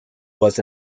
was